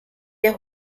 der